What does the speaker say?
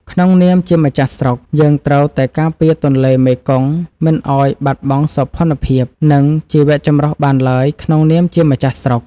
ក្នុងនាមជាម្ចាស់ស្រុក យើងត្រូវតែការពារទន្លេមេគង្គមិនឱ្យបាត់បង់សោភ័ណភាព និងជីវចម្រុះបានឡើយក្នុងនាមជាម្ចាស់ស្រុក។